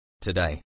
Today